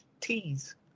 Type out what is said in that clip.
teas